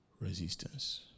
resistance